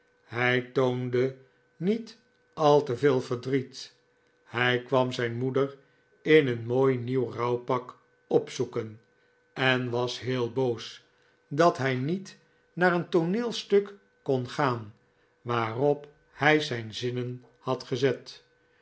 hij toonde niet al te veel verdriet hij kwam zijn moeder in een mooi nieuw rouwpak opzoeken en was heel boos dat hij niet naar een tooneelstuk kon gaan waarop hij zijn zinnen had gezet